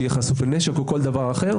שיהיה חשוף לנשק או כל דבר אחר,